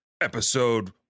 Episode